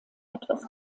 etwas